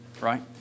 right